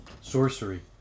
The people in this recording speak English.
sorcery